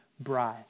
bride